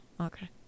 Okay